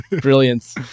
brilliance